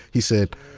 he said,